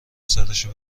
سرشو